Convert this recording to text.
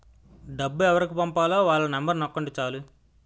డబ్బు ఎవరికి పంపాలో వాళ్ళ నెంబరు నొక్కండి చాలు